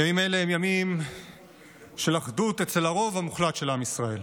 ימים אלה הם ימים של אחדות אצל הרוב המוחלט של עם ישראל.